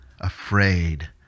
afraid